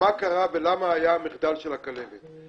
מה קרה ולמה היה המחדל של הכלבת.